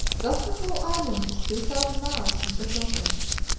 thus the whole island is two thousand miles in circumference.